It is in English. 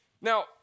Now